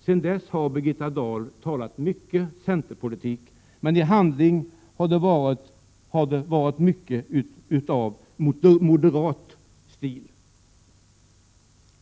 Sedan dess har Birgitta Dahl talat mycket centerpolitik, men i handling har stilen varit mycket moderat.